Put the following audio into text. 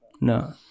No